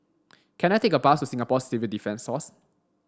can I take a bus to Singapore Civil Defence Force